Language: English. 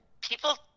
people